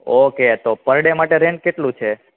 okay તો per day માટે rent કેટલું છે